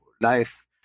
life